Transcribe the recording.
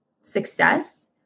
success